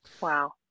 Wow